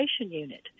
unit